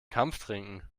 kampftrinken